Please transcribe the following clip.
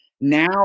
now